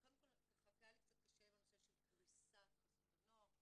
קודם כל היה לי קצת קשה עם הנושא של קריסת חסות הנוער.